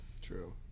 True